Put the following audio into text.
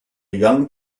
young